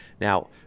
Now